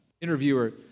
interviewer